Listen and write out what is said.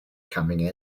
coming